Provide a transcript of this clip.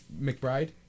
McBride